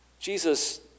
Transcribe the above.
Jesus